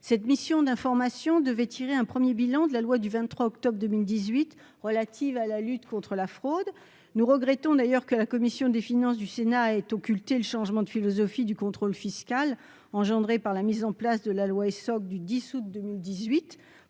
Cette mission d'information devait tirer un premier bilan de la loi du 23 octobre 2018 relative à la lutte contre la fraude. Nous regrettons d'ailleurs que la commission des finances du Sénat ait occulté le changement de philosophie du contrôle fiscal engendré par la mise en place de la loi Essoc du 10 août 2018.